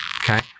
okay